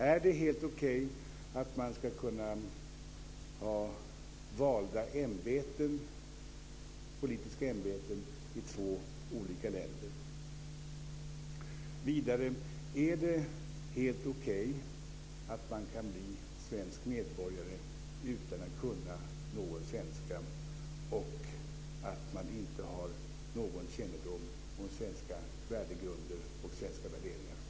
Är det helt okej att man ska kunna väljas till politiska ämbeten i två olika länder? Vidare: Är det helt okej att man kan bli svensk medborgare utan att kunna någon svenska och utan att man har någon kännedom om svenska värdegrunder och svenska värderingar?